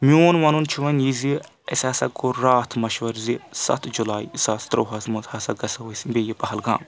میون وَنُن چھُ وَنۍ یہِ زِ أسۍ ہسا کوٚر راتھ مشوَر زِ سَتھ جُلاے زٕ ساس ترٛۆہَس منٛز ہسا گژھو أسۍ بیٚیہِ پہلگام